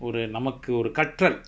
ஒரு நமக்கு ஒரு கற்றல்:oru namaku oru katral